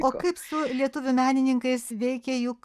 o kaip su lietuvių menininkais veikė juk